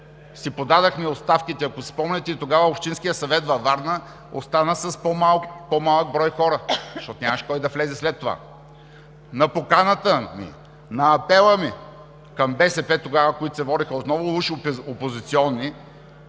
си подадохме оставките, ако си спомняте, и тогава Общинският съвет във Варна остана с по-малък брой хора, защото нямаше кой да влезе след това. На поканата ми, на апела ми към БСП тогава, които се водеха отново уж опозиционни,